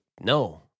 no